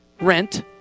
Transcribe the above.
rent